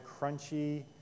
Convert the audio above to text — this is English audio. crunchy